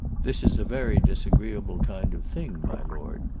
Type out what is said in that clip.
this is a very disagreeable kind of thing, my lord,